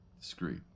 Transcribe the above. discreet